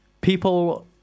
People